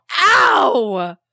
Ow